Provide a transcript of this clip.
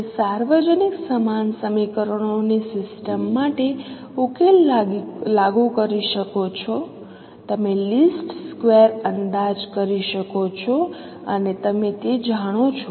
તેથી સાર્વજનિક સમાન સમીકરણોની સિસ્ટમ માટે ઉકેલ લાગુ કરી શકો છો તમે લીસ્ટ સ્કવેર અંદાજ કરી શકો છો અને તમે તે જાણો છો